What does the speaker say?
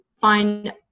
find